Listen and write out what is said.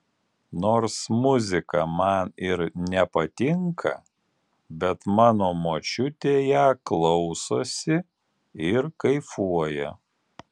nors muzika man ir nepatinka bet mano močiutė ją klausosi ir kaifuoja